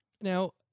Now